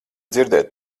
dzirdēt